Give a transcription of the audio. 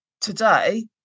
today